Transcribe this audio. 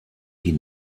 die